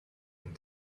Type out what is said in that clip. and